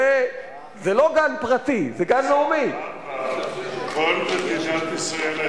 עמיתי חברי הכנסת, כדי לטפל באלימות בישראל ישנה